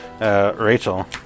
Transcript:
Rachel